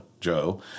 Joe